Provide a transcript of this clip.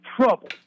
trouble